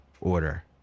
Order